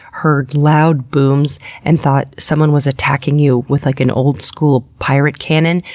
heard loud booms and thought someone was attacking you with like an old-school pirate cannon,